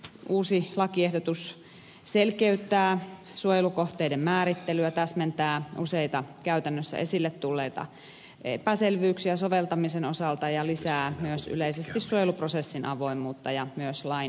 uusi lakiehdotus selkeyttää suojelukohteiden määrittelyä täsmentää useita käytännössä esille tulleita epäselvyyksiä soveltamisen osalta ja lisää myös yleisesti suojeluprosessin avoimuutta ja myös lain ymmärrettävyyttä